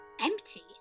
Empty